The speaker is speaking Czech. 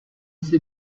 jsi